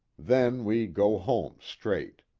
then we go home, straight.